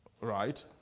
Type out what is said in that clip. Right